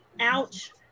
Ouch